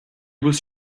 was